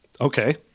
Okay